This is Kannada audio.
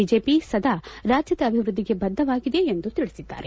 ಬಿಜೆಪಿ ಸದಾ ರಾಜ್ಯದ ಅಭಿವೃದ್ದಿಗೆ ಬದ್ದವಾಗಿದೆ ಎಂದು ತಿಳಿಸಿದ್ದಾರೆ